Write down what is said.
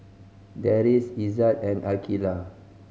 Deris Izzat and Aqeelah